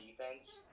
defense